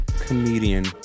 comedian